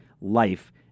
life